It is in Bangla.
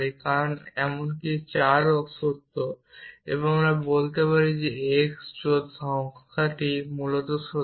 কারণ এমনকি 4ও সত্য আমি সেখানে বলতে পারি এবং x জোড় সংখ্যাটি মূলত সত্য